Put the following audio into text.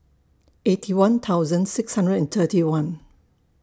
Eighty One thousand six hundred and thirty one